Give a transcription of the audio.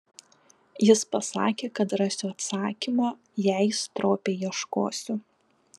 jis pasakė kad rasiu atsakymą jei stropiai ieškosiu